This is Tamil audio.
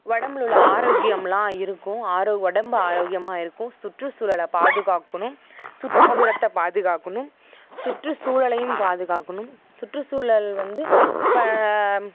உடம்புல உள்ள ஆரோக்கியம்லாம் இருக்கும் உடம்பு ஆரோக்கியமாக இருக்கும் சுற்றுசூழலை பாதுகாக்கணும் சுற்றுப்புறத்தை பாதுகாக்கணும் சுற்றுச்சூழலையும் பாதுகாக்கணும் சுற்றுச்சூழல் வந்து இப்போ